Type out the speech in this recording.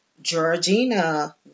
Georgina